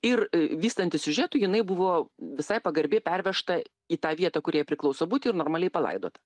ir vystantis siužetui jinai buvo visai pagarbiai pervežta į tą vietą kur jai priklauso būti ir normaliai palaidota